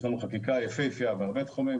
יש לנו חקיקה יפהפייה בהרבה תחומים,